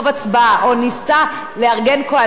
או ניסה לארגן קואליציה.